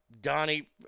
Donnie